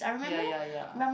ya ya ya